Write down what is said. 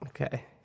Okay